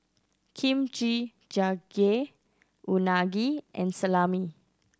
Kimchi Jjigae Unagi and Salami